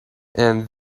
and